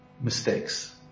mistakes